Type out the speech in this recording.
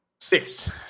Six